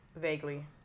Vaguely